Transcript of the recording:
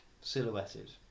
silhouetted